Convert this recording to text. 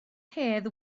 hedd